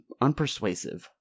unpersuasive